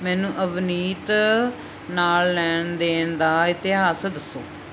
ਮੈਨੂੰ ਅਵਨੀਤ ਨਾਲ ਲੈਣ ਦੇਣ ਦਾ ਇਤਿਹਾਸ ਦੱਸੋ